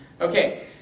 Okay